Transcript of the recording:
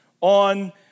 on